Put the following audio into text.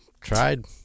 Tried